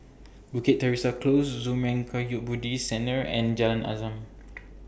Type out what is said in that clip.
Bukit Teresa Close Zurmang Kagyud Buddhist Centre and Jalan Azam